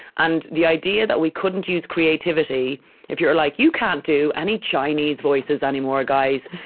and the idea that we couldn't use creativity if you're like, you can't do any chinese voices anymore, guys.